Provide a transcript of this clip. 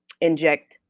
inject